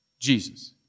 Jesus